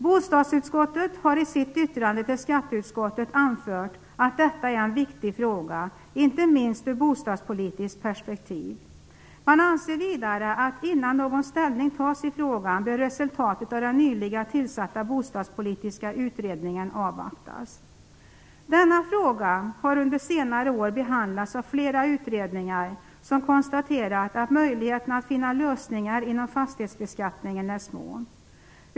Bostadsutskottet har i sitt yttrande till skatteutskottet anfört att detta är en viktig fråga, inte minst i bostadspolitiskt perspektiv. Man anser vidare att innan någon ställning tas i frågan bör resultatet av den nyligen tillsatta bostadspolitiska utredningen avvaktas. Denna fråga har under senare år behandlats av flera utredningar, som konstaterat att möjligheterna att finna lösningar inom fastighetsbeskattningen är små.